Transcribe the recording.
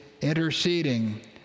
interceding